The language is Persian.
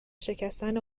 شکستن